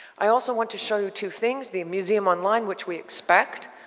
i also want to show you two things. the museum online which we expect,